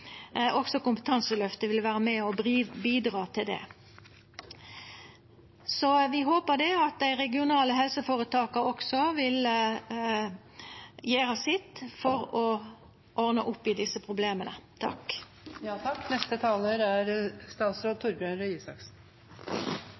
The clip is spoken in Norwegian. Også Kompetanseløftet vil vera med og bidra til det. Vi håpar at dei regionale helseføretaka også vil gjera sitt for å ordna opp i desse problema. Det er viktig at vi legger til rette for en heltidskultur i arbeidslivet. Tallene viser at vi er